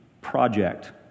project